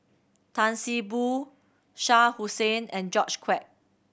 Tan See Boo Shah Hussain and George Quek